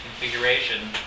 configuration